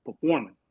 performing